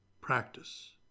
practice